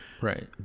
Right